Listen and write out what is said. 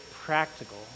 practical